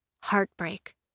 Heartbreak